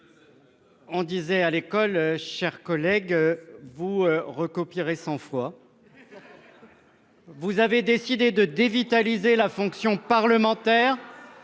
le disait à l'école, mes chers collègues, vous recopierez cent fois ! Vous avez décidé de dévitaliser la fonction parlementaire